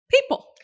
people